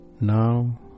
Now